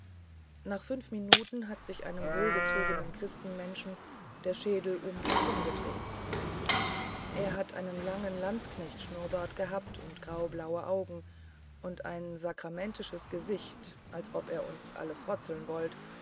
nach fünf minuten hat sich einem wohlgezogenen christenmenschen der schädel um und um gedreht er hat einen langen landsknechtsschnurrbart gehabt und graublaue augen und ein sarkastisches gesicht als ob er uns alle frozzeln wollt